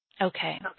Okay